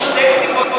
תגיד לי אתה מה החוק,